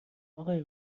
آقای